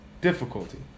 difficulty